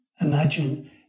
Imagine